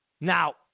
Now